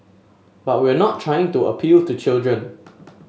but we're not trying to appeal to children